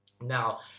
Now